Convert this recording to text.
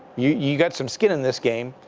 you you got some skin in this game.